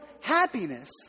happiness